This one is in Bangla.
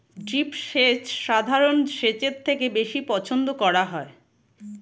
ড্রিপ সেচ সাধারণ সেচের থেকে বেশি পছন্দ করা হয়